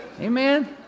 Amen